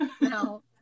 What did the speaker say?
No